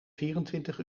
vierentwintig